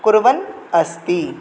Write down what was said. कुर्वन् अस्ति